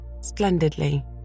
Splendidly